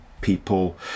people